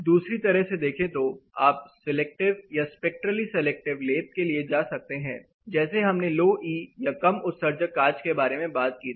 दूसरी तरह से देखे तो आप सिलेक्टिव या स्पेक्ट्रली सिलेक्टिव लेप के लिए जा सकते हैं जैसे हमने लो ई या कम उत्सर्जक कांच के बारे में बात की थी